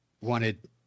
wanted